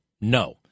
No